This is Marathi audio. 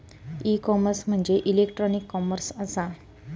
ई कॉमर्स म्हणजे इलेक्ट्रॉनिक कॉमर्स असा